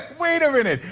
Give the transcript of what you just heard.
wait a minute,